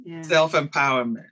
Self-empowerment